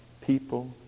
people